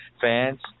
fans